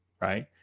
Right